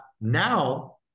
now